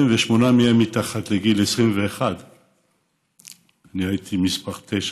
ששמונה מהם מתחת לגיל 21. אני הייתי מספר 9,